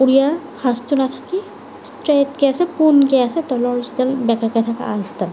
উৰিয়াৰ ভাঁজটো নাথাকি ষ্ট্ৰেটকে আছে পোনকৈ আছে তলৰ আঁচডাল বেকাঁকে থকা আঁচডাল